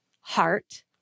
heart